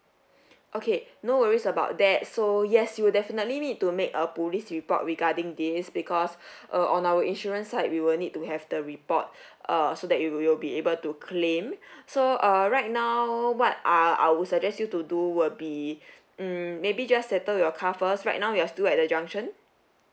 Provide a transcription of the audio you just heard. okay no worries about that so yes you definitely need to make a police report regarding this because uh on our insurance side we will need to have the report uh so that you you'll be able to claim so uh right now what uh I will suggest you to do will be mm maybe just settle your car first right now you're still at the junction